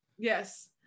yes